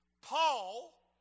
Paul